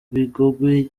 bigogwe